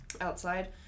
outside